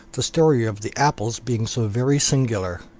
the story of the apples being so very singular.